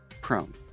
Prone